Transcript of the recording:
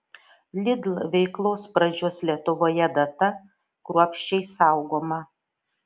lidl veiklos pradžios lietuvoje data kruopščiai saugoma